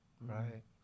Right